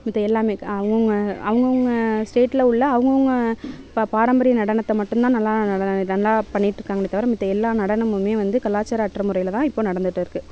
மத்த எல்லாமே அவங்கவுங்க அவங்கவுங்க ஸ்டேட்டில் உள்ள அவங்கவுங்க இப்போ பாரம்பரிய நடனத்தை மட்டும்தான் நல்லா நல்லா பண்ணிகிட்ருக்காங்களே தவிர மத்த எல்லாம் நடனமுமே வந்து கலாச்சாரமற்ற முறையில்தான் இப்போ நடந்துகிட்டு இருக்குது